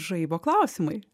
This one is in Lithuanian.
žaibo klausimai